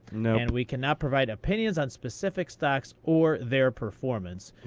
nope. and we cannot provide opinions on specific stocks, or their performance.